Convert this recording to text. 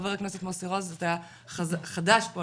ח"כ מוסי רז אתה חדש פה,